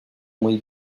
muy